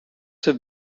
have